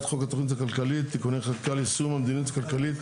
חוק התכנית הכלכלית (תיקוני חקיקה ליישום המדיניות הכלכלית